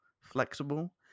flexible